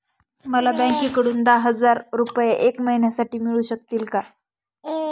मला बँकेकडून दहा हजार रुपये एक महिन्यांसाठी मिळू शकतील का?